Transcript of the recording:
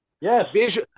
yes